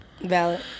Valid